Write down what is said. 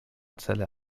cele